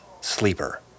sleeper